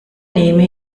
nehme